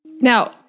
Now